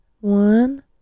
one